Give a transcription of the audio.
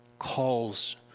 Calls